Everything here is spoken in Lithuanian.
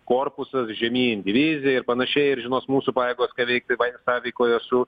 korpusas žemyn divizija ir panašiai ir žinos mūsų pajėgos ką veikti va ir sąveikoje su